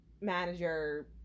manager